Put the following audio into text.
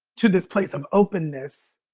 to this place of openness.